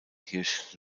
hirsch